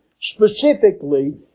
specifically